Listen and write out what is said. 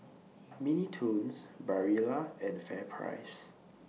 Mini Toons Barilla and FairPrice